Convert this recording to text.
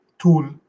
tool